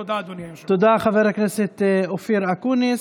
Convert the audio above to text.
תודה, חבר הכנסת אופיר אקוניס.